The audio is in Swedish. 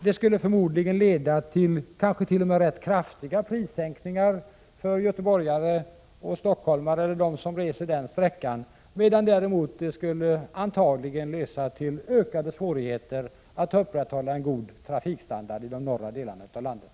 Det skulle förmodligen leda till kraftiga prissänkningar för dem som reser sträckan Stockholm-Göteborg, medan det däremot antagligen skulle medföra ökade svårigheter att upprätthålla en god trafikstandard i de norra delarna av landet.